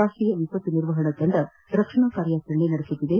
ರಾಷ್ಟೀಯ ವಿಪತ್ತು ನಿರ್ವಹಣಾ ತಂಡ ರಕ್ಷಣಾ ಕಾರ್ಯಾಚರಣೆ ನಡೆಸುತ್ತಿದೆ